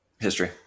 History